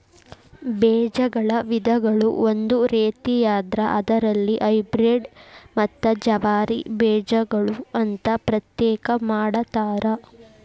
ಬೇಜಗಳ ವಿಧಗಳು ಒಂದು ರೇತಿಯಾದ್ರ ಅದರಲ್ಲಿ ಹೈಬ್ರೇಡ್ ಮತ್ತ ಜವಾರಿ ಬೇಜಗಳು ಅಂತಾ ಪ್ರತ್ಯೇಕ ಮಾಡತಾರ